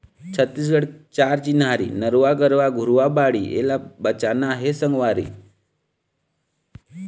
छत्तीसगढ़ के चार चिन्हारी नरूवा, गरूवा, घुरूवा, बाड़ी एला बचाना हे संगवारी